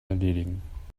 erledigen